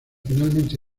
finalmente